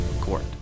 Court